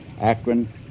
Akron